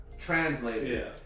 Translated